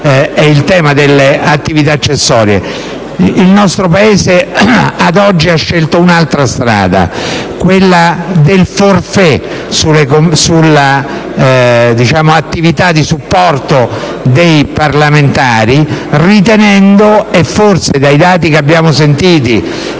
Il nostro Paese, ad oggi, ha scelto un'altra strada: quella del *forfait* per l'attività di supporto dei parlamentari, ritenendo - e forse, stando ai dati che sono stati